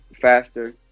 faster